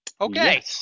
Okay